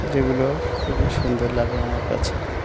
যেগুলো খুবই সুন্দর লাগে আমার কাছে